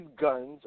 guns